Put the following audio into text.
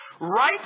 right